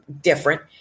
different